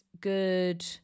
good